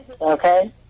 Okay